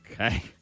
Okay